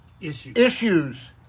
issues